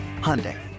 Hyundai